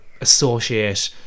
associate